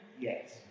Yes